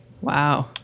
Wow